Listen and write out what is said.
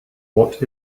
what